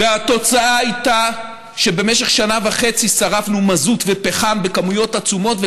והתוצאה הייתה שבמשך שנה וחצי שרפנו מזוט ופחם בכמויות עצומות,